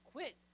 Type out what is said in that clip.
Quit